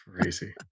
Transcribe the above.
Crazy